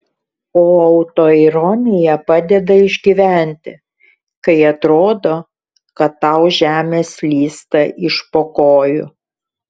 o autoironija padeda išgyventi kai atrodo kad tau žemė slysta iš po kojų